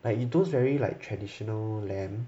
like its those very like traditional lamp